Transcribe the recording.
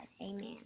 Amen